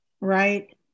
right